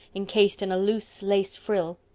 encased in a loose lace frill.